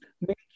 make